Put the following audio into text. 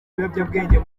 ibiyobyabwenge